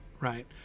right